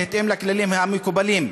בהתאם לכללים המקובלים.